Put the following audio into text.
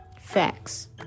Facts